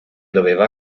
doveva